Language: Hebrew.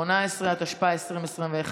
18), התשפ"א 2021,